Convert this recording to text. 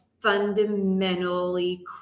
fundamentally